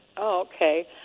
Okay